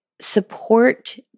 support